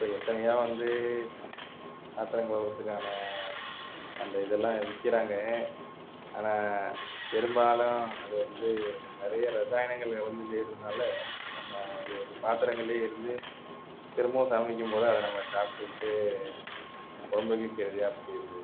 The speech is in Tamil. இப்போ எத்தனையோ வந்து பாத்திரம் கழுவுறதுக்கான அந்த இதெல்லாம் விற்கிறாங்க ஆனால் பெரும்பாலும் அது வந்து நிறைய இரசாயனங்களில் வந்து செய்கிறதுனால நம்ம அது அது பாத்தரங்கள்லேயே இருந்து திரும்பவும் சமைக்கும் போது அது நம்ம சாப்பிட்டுட்டு உடம்புக்கு கெடுதியாக போயிடுது